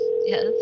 Yes